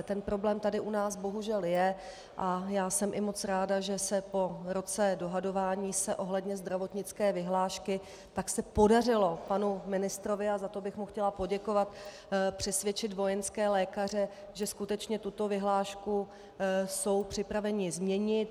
Ten problém tady u nás bohužel je a já jsem velmi ráda, že se po roce dohadování ohledně zdravotnické vyhlášky podařilo panu ministrovi, a za to bych mu chtěla poděkovat, přesvědčit vojenské lékaře, že skutečně tuto vyhlášku jsou připraveni změnit.